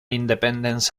independence